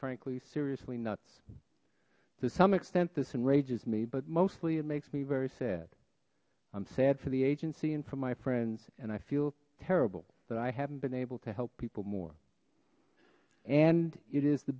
frankly seriously nuts to some extent this enrages me but mostly it makes me very sad i'm sad for the agency and for my friends and i feel terrible that i haven't been able to help people more and it is the